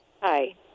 Hi